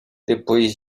depois